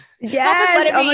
Yes